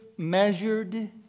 measured